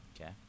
Okay